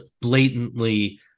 blatantly